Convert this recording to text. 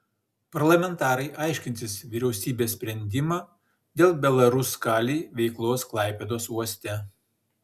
parlamentarai aiškinsis vyriausybės sprendimą dėl belaruskalij veiklos klaipėdos uoste